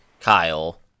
Kyle